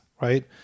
right